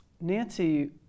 Nancy